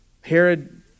Herod